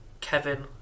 Kevin